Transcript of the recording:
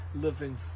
living